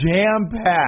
jam-packed